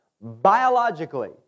biologically